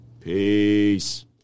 Peace